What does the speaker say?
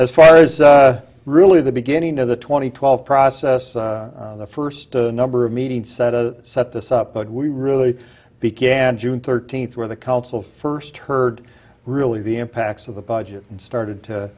as far as really the beginning of the two thousand and twelve process the first number of meetings set a set this up but we really began june thirteenth where the council first heard really the impacts of the budget and started to